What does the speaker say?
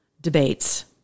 debates